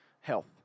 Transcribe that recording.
health